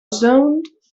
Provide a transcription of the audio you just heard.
zoned